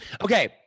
okay